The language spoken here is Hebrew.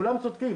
כולם צודקים,